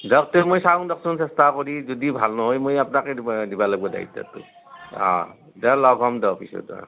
যাওক দে মই চাং দেচোন চেষ্টা কৰি যদি ভাল নহয় মই আপনাকে দিবা দিবা লাগবু দায়িত্বটো অ দ লগ হম দক পিছত